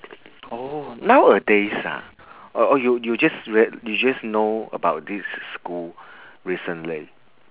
oh nowadays ah oh oh you you just read you just know about this school recently